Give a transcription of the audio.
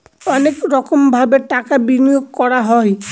অনেক রকমভাবে টাকা বিনিয়োগ করা হয়